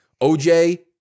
OJ